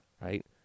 Right